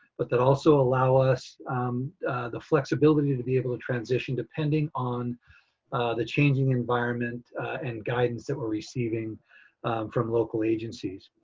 but that also allow us the flexibility to be able to transition depending on the changing environment and guidance that we're receiving from local agencies.